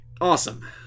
Awesome